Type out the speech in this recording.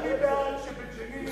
אני בעד שבג'נין יהיה חוק אזרחי.